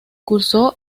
cursó